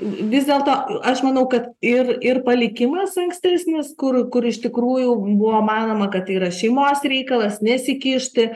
vis dėlto aš manau kad ir ir palikimas ankstesnis kur kur iš tikrųjų buvo manoma kad tai yra šeimos reikalas nesikišti